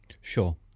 sure